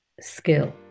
skill